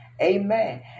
Amen